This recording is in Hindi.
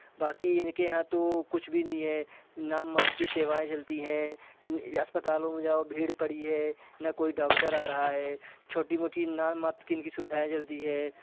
बाकि इनके यहाँ तो कुछ भी नहीं हैं नाम मात्र की सेवाएं चलती हैं अस्पतालों में जाओ तो भीड़ पड़ी हैं ना कोई डॉक्टर आ रहा हैं छोटी मोटी नाम मात्र की इनकी सुविधाएँ चलती हैं